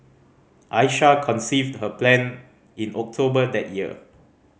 Aisha conceived her plan in October that year